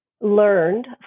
learned